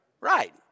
right